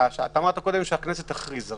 אמרת קודם שהכנסת תכריז.